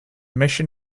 mission